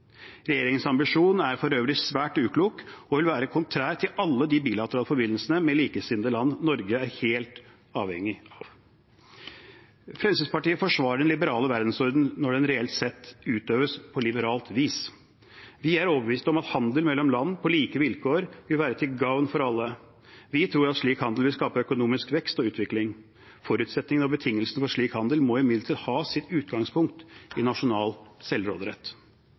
Regjeringens ambisjon er for øvrig svært uklok og vil være kontrær til alle de bilaterale forbindelsene med likesinnede Norge er helt avhengig av. Fremskrittspartiet forsvarer den liberale verdensorden når den reelt sett utøves på liberalt vis. Vi er overbevist om at handel mellom land på like vilkår vil være til gagn for alle. Vi tror at slik handel vil skape økonomisk vekst og utvikling. Forutsetningen og betingelsene for slik handel må imidlertid ha sitt utgangspunkt i nasjonal selvråderett.